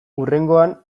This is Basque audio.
hurrengoan